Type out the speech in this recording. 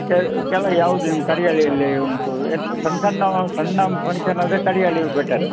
ಕೆಲವು ಯಾವ್ದು ನಿಮ್ಮ ಕಡಿಯಾಳಿಯಲ್ಲಿ ಉಂಟು ಸಣ್ಣ ಸಣ್ಣ ಹಾಲ್ ಸಣ್ಣ ಫಂಕ್ಷನ್ನಾದರೆ ಕಡಿಯಾಳಿಯು ಬೆಟರು